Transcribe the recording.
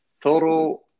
thorough